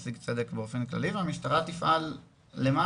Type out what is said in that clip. להשיג צדק באופן כללי והמשטרה תפעל למען